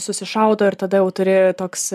susišaudo ir tada jau turi toks